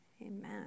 amen